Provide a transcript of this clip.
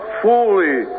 fully